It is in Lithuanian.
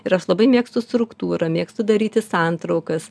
ir aš labai mėgstu struktūrą mėgstu daryti santraukas